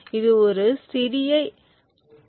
இது ஒரு சிறிய இந்திய குறியீடாகும்